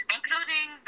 Including